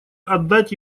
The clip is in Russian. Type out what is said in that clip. отдать